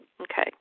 Okay